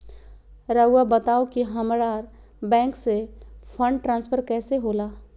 राउआ बताओ कि हामारा बैंक से फंड ट्रांसफर कैसे होला?